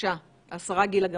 בבקשה השרה גילה גמליאל.